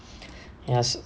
yes